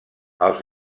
els